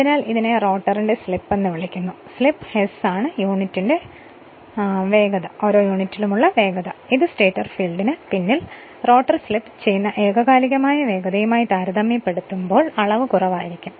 അതിനാൽ ഇതിനെ റോട്ടറിന്റെ സ്ലിപ്പ് എന്ന് വിളിക്കുന്നു സ്ലിപ്പ് s ആണ് യൂണിറ്റ് വേഗത ഇത് സ്റ്റേറ്റർ ഫീൽഡിന് പിന്നിൽ റോട്ടർ സ്ലിപ്പ് ചെയ്യുന്ന ഏകകാലികമായ വേഗതയുമായി താരതമ്യപ്പെടുത്തുമ്പോൾ അളവ് കുറവാണ്